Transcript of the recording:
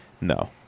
no